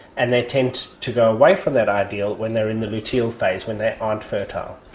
and they tend to go away from that ideal when they are in the luteal phase, when they aren't fertile.